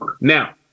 Now